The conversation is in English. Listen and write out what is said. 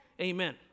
Amen